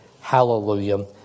hallelujah